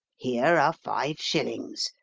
here are five shillings.